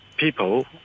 people